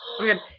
Okay